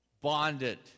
bonded